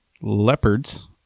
Leopards